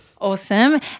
Awesome